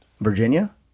Virginia